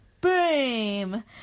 Boom